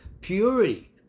purity